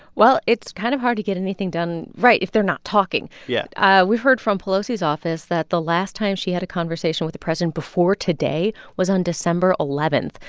well, it's kind of hard to get anything done right? if they're not talking yeah we've heard from pelosi's office that the last time she had a conversation with the president before today was on december eleven,